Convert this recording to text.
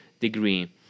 degree